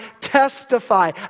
testify